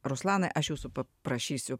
ruslanai aš jūsų paprašysiu